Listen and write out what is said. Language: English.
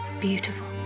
Beautiful